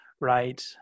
right